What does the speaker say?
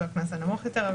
זה הקנס הנמוך יותר.